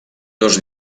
dos